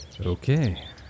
okay